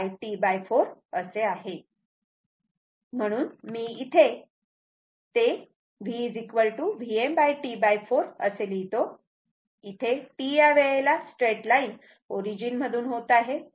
मला हे कुठे तरी लिहिले पाहिजे म्हणून इथे मी ते v VmT4 असे लिहितो इथे T या वेळेला स्ट्रेट लाईन ओरिजिन मधून होत आहे